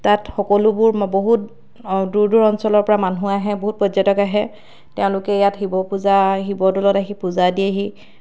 তাত সকলোবোৰ বহুত দূৰ দূৰ অঞ্চলৰপৰা মানুহ আহে বহুত পৰ্যটক আহে তেওঁলোকে ইয়াত শিৱ পূজা শিৱদ'লত আহি পূজা দিয়েহি